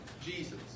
Jesus